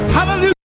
Hallelujah